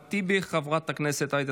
חבר הכנסת אחמד טיבי,